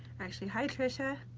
actually, hi trisha,